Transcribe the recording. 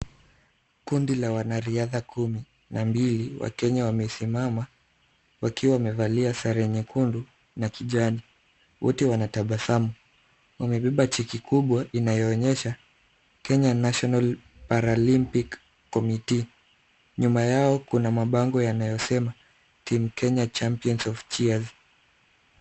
Kundi la wanariadha kumi na mbili wa Kenya wamesimama, wakiwa wamevalia sare nyekundu na kijani. Wote wanatabasamu. Wamebeba cheki kubwa inayoonyesha Kenya national paralympic commitee . Nyuma yao kuna mabango yanayosema Team Kenya champions of cheers .